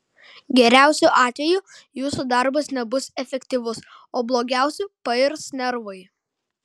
geriausiu atveju jūsų darbas nebus efektyvus o blogiausiu pairs nervai